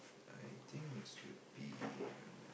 I think it should be